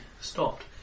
stopped